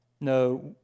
No